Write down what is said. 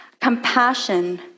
Compassion